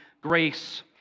grace